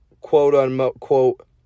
quote-unquote